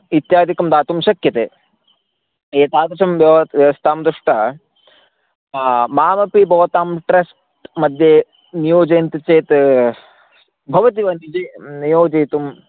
इत्यादिकं दातुं शक्यते एतादृशं व्यवत् व्यवस्थां दृष्ट्वा मामपि भवतां ट्रस्ट् मध्ये नियोजयन्ति चेत् भवति वा निधि नियोजयितुं